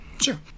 Sure